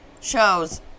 shows